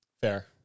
fair